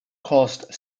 caused